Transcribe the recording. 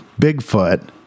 Bigfoot